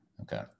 Okay